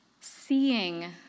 Seeing